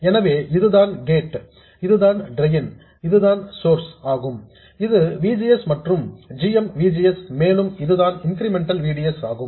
எனவே இதுதான் கேட் இதுதான் டிரெயின் மற்றும் இதுதான் சோர்ஸ் ஆகும் இது V G S மற்றும் இது g m V G S மேலும் இதுதான் இன்கிரிமெண்டல் V D S ஆகும்